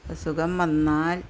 അസുഖം വന്നാൽ